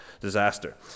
Disaster